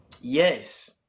Yes